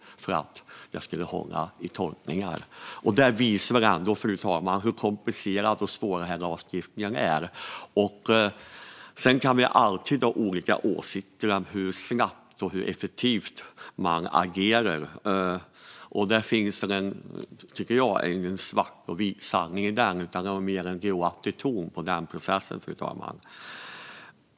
Detta visar ändå hur komplicerad och svår lagstiftningen är. Sedan kan vi alltid ha olika åsikter om hur snabbt och effektivt man agerar. Där finns ingen svart och vit sanning, utan det är mer av en gråaktig ton i den processen.